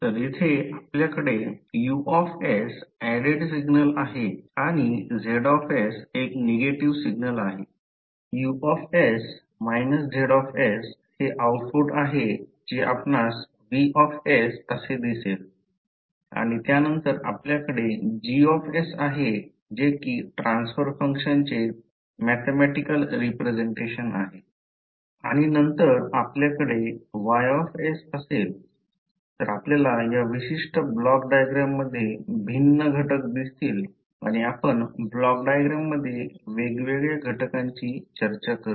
तर येथे आपल्याकडे U ऍडेड सिग्नल आहे आणि Z एक निगेटिव्ह सिग्नल आहे U - Z हे आऊटपुट आहे जे आपणास V असे दिसेल आणि त्यानंतर आपल्याकडे G आहे जे कि ट्रान्सफर फंक्शनचे मॅथॅमॅटिकॅल रिप्रेझेंटेशन आहे आणि नंतर आपल्याकडे Y असेल तर आपल्याला या विशिष्ट ब्लॉक डायग्राम मध्ये भिन्न घटक दिसतील आणि आपण ब्लॉक डायग्राम मध्ये वेगवेगळ्या घटकांची चर्चा करू